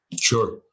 Sure